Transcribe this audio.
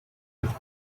have